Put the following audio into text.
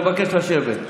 אבקש לשבת.